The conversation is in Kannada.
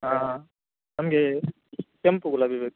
ಹಾಂ ನಮಗೆ ಕೆಂಪು ಗುಲಾಬಿ ಬೇಕು